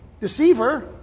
deceiver